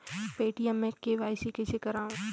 Paytm मे KYC कइसे करव?